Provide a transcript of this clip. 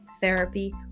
therapy